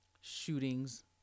shootings